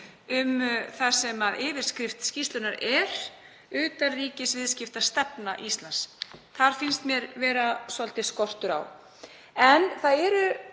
það sem yfirskrift skýrslunnar er, utanríkisviðskiptastefna Íslands. Þar finnst mér svolítill skortur á. En það eru